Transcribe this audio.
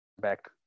back